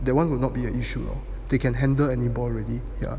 that one will not be an issue they can handle any ball already ya